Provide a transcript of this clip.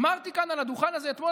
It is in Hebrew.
אמרתי כאן על הדוכן הזה אתמול,